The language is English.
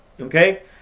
okay